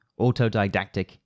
Autodidactic